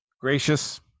gracious